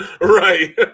Right